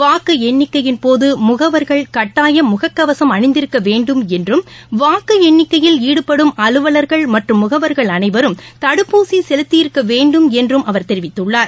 வாக்கு எண்ணிக்கையின் போது முகவர்கள் கட்டாயம் முகக்கவசம் அணிந்திருக்க வேண்டும் என்றும் வாக்கு எண்ணிக்கையில் ஈடுபடும் அலுவலர்கள் மற்றம் முகவர்கள் அளைவரும் தடுப்பூசி செலுத்தி இருக்க வேண்டும் என்றும் அவர் தெரிவித்துள்ளார்